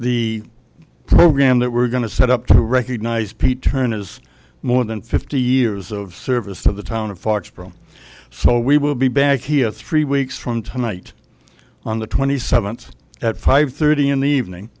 the program that we're going to set up to recognize pete turn as more than fifty years of service to the town of foxborough so we will be back here three weeks from tonight on the twenty seventh at five thirty in the evening